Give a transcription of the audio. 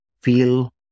feel